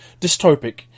dystopic